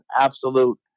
absolute